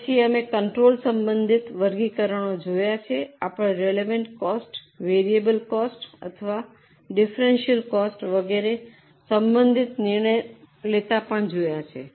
તે પછી અમે કંટ્રોલ સંબંધિત વર્ગીકરણો જોયા છે આપણે રેલવન્ટ કોસ્ટ વેરિયેબલ કોસ્ટ અથવા ડિફરન્સિયલ કોસ્ટ વગેરે સંબંધિત નિર્ણય લેતા પણ જોયા છે